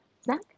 Snack